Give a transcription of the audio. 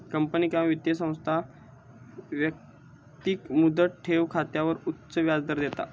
company किंवा वित्तीय संस्था व्यक्तिक मुदत ठेव खात्यावर उच्च व्याजदर देता